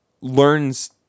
learns